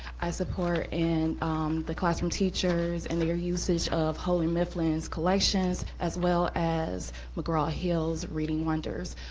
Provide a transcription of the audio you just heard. i support and the classroom teachers and their usage of houghton mifflin's collections, as well as mcgraw-hill's reading wonders.